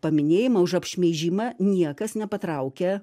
paminėjimą už apšmeižimą niekas nepatraukia